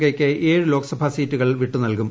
cake ഏഴ് ലോകസഭാ സീറ്റുകൾ വിട്ടു നൽകും